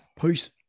Peace